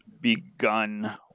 begun